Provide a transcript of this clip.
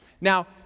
Now